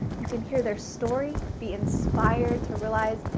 you can hear their story. be inspired to realize,